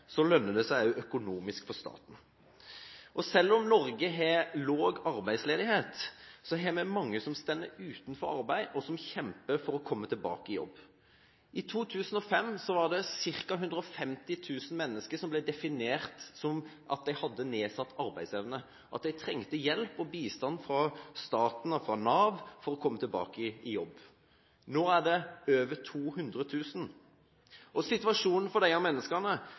lønner det seg også økonomisk for staten. Selv om Norge har lav arbeidsledighet, har vi mange som står uten arbeid og som kjemper for å komme tilbake i jobb. I 2005 var det ca. 150 000 mennesker som ble definert som at de hadde nedsatt arbeidsevne, at de trengte hjelp og bistand fra staten og Nav for å komme tilbake i jobb. Nå er det over 200 000 mennesker. Situasjonen for disse menneskene